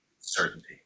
certainty